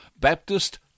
Baptist